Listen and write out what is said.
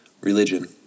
Religion